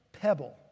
pebble